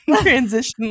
transition